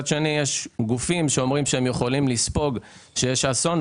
יש גופים שאומרים שהם יכולים לספוג כשיש אסון,